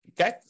Okay